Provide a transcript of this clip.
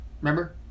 remember